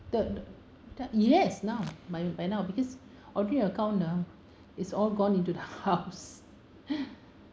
the the yes now by by now because ordinary account ah is all gone into the house